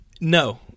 No